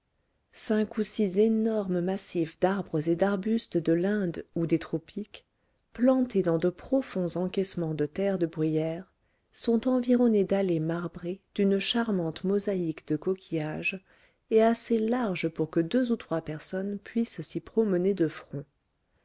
cinq ou six énormes massifs d'arbres et d'arbustes de l'inde ou des tropiques plantés dans de profonds encaissements de terre de bruyère sont environnés d'allées marbrées d'une charmante mosaïque de coquillage et assez larges pour que deux ou trois personnes puissent s'y promener de front